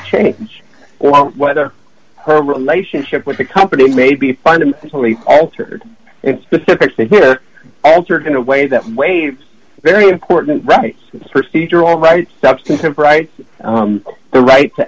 change or whether her relationship with the company may be fundamentally altered in specifics they hear altered in a way that waves very important right procedure all right substantive rights the right to